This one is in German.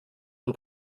und